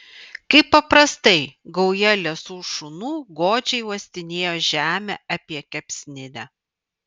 kaip paprastai gauja liesų šunų godžiai uostinėjo žemę apie kepsninę